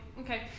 Okay